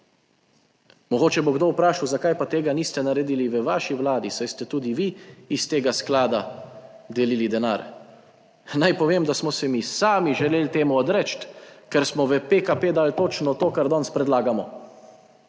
Mogoče bo kdo vprašal zakaj pa tega niste naredili v vaši vladi, saj ste tudi vi iz tega sklada delili denar. Naj povem, da smo se mi sami želeli temu odreči, ker smo v PKP dali točno to, kar danes predlagamo.